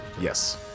Yes